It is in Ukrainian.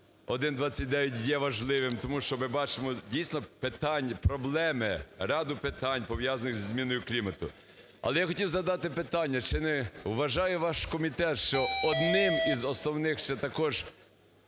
6129 є важливим, тому що ми бачимо дійсно питання, проблеми, ряду питань, пов'язаних із зміною клімату. Але я хотів задати питання. Чи не вважає ваш комітет, що одним із основних ще також